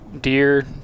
deer